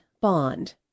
bond